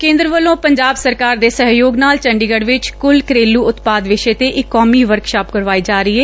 ਕੇਂਦਰ ਵੱਲੋਂ ਪੰਜਾਬ ਸਰਕਾਰ ਦੇ ਸਹਿਯੋਗ ਨਾਲ ਚੰਡੀਗੜ ਵਿਚ ਕੁਲ ਘਰੇਲੁ ਉਤਪਾਦ ਵਿਸ਼ੇ ਤੇ ਇਕ ਕੌਮੀ ਵਰਕਸ਼ਾਪ ਕਰਵਾਈ ਜਾ ਰਹੀ ਏ